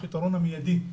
אבל הפתרון המיידי הוא